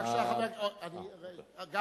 חבר הכנסת גפני, בבקשה.